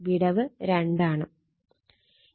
വിടവ് 2 ആണ്